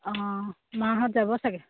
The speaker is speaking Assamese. অঁ মাহঁত যাব চাগে